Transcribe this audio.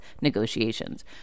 negotiations